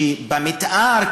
שב"מתאר",